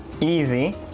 Easy